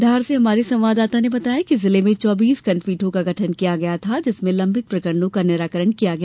धार से हमारे संवाददाता ने बताया है कि जिले में चौबीस खण्डपीठों का गठन किया गया था जिनमें लंबित प्रकरणों का निराकरण किया गया